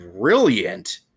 brilliant